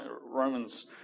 Romans